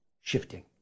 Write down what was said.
shifting